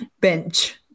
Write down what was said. bench